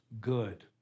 good